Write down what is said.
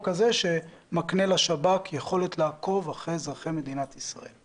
הזה שמקנה לשב"כ יכולת לעקוב אחרי אזרחי מדינת ישראל.